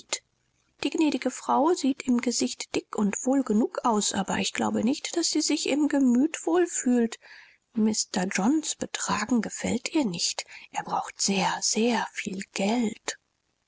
die gnädige frau sieht im gesicht dick und wohl genug aus aber ich glaube nicht daß sie sich im gemüt wohl fühlt mr johns betragen gefällt ihr nicht er braucht sehr sehr viel geld